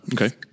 okay